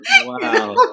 Wow